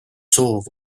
soov